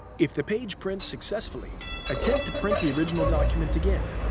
if the page prints successfully, attempt to print the original document again.